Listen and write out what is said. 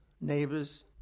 neighbors